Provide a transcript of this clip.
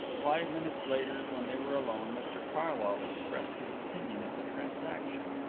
five minutes later, when they were alone, mr carlyle expressed his opinion of the transaction.